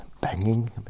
Banging